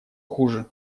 хуже